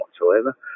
whatsoever